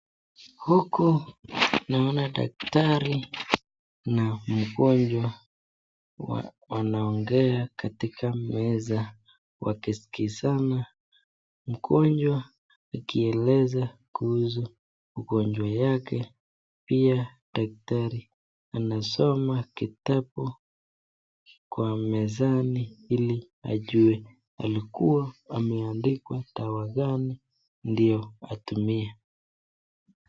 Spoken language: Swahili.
Huku naona daktari na mgonjwa wanaongea katika meza wakisikizana mgonjwa akieleza kuhusu ugonjwa yake pia daktari anasoma kitabu Kwa mezani hili ndio ajue alikuwa ameandika dawa ngani ndio atumie.